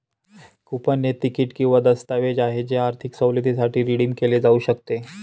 coupon हे ticket किंवा दस्तऐवज आहे जे आर्थिक सवलतीसाठी रिडीम केले जाऊ शकते